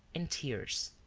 in tears.